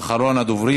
אחרון הדוברים.